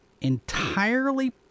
entirely